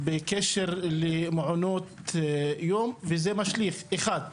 בקשר למעונות יום וזה משליך, אחד,